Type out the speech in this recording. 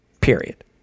period